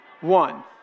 One